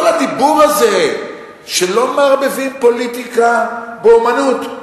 כל הדיבור הזה שלא מערבבים פוליטיקה באמנות,